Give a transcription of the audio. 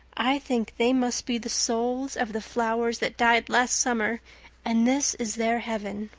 i think they must be the souls of the flowers that died last summer and this is their heaven.